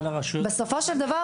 בסופו של דבר,